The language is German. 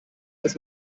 als